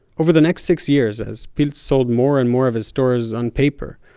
over the next six years, as people sold more and more of his stores on paper,